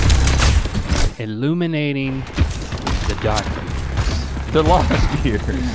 and and illuminating the dark years. the lost years.